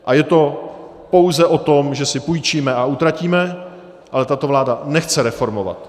A je to pouze o tom, že si půjčíme a utratíme, ale tato vláda nechce reformovat.